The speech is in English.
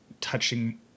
touching